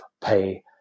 pay